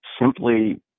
simply